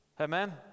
Amen